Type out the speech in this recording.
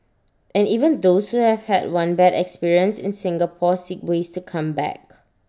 and even those who have had one bad experience in Singapore seek ways to come back